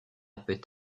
peut